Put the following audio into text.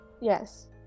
yes